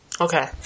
Okay